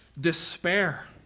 despair